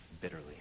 bitterly